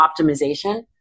optimization